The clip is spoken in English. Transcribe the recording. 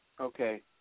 Okay